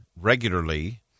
regularly